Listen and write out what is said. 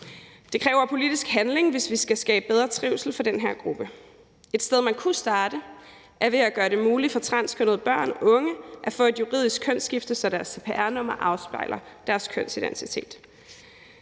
Det kræver politisk handling, hvis vi skal skabe bedre trivsel for den her gruppe. Et sted, man kunne starte, er ved at gøre det muligt for transkønnede børn og unge at få et juridisk kønsskifte, så deres cpr-nummer afspejler deres kønsidentitet.